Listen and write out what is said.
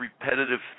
repetitive